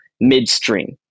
midstream